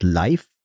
life